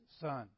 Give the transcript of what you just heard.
Son